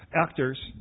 actors